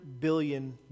billion